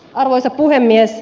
arvoisa puhemies